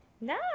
No